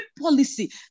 policy